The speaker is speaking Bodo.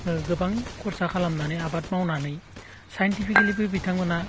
गोबां खरसा खालामनानै आबाद मावनानै साइन्टिफिकेलिबो बिथांमोनहा